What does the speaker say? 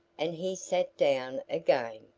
and he sat down again.